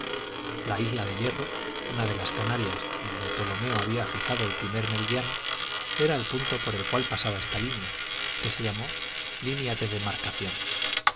la isla de hierro una de las canarias donde ptolomeo había fijado el primer meridiano era el punto por el cual pasaba esta línea que se llamó línea de demarcación